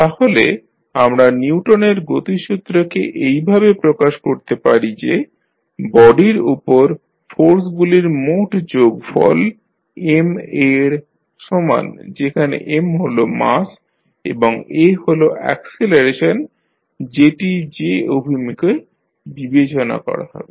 তাহলে আমরা নিউটনের গতিসূত্রকে Newton's law of motion এইভাবে প্রকাশ করতে পারি যে বডির উপর ফোর্সগুলির মোট যোগফল র সমান যেখানে M হল মাস এবং a হল অ্যাকসিলারেশন যেটি যে অভিমুখে বিবেচনা করা হবে